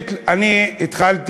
אני התחלתי